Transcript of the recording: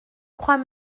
crois